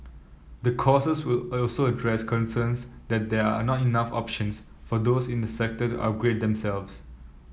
the courses will also address concerns that there are not enough options for those in the sector the are upgrade themselves